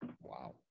Wow